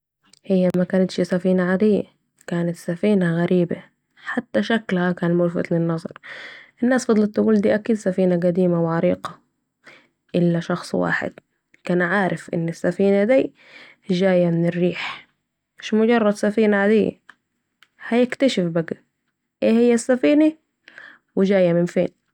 هي مكنتش سفينه عادية كانت سفينه غريبه حتي شكلها كان ملفت للنظر الناس فضلت تقول دي اكيد سفينه قديمه و عريقه، الا شخص واحد كان عارف أن السفينه دي جايه من الريح مش مجرد سفينه عادية ، هيكتشف بقي أي هي السفينه ، وجايه من فين